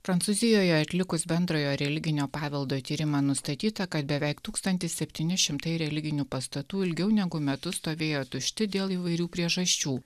prancūzijoje atlikus bendrojo religinio paveldo tyrimą nustatyta kad beveik tūkstantis septyni šimtai religinių pastatų ilgiau negu metus stovėjo tušti dėl įvairių priežasčių